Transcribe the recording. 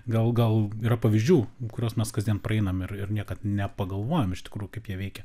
gal gal yra pavyzdžių kuriuos mes kasdien praeinam ir ir niekad nepagalvojam iš tikrųjų kaip jie veikia